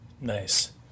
Nice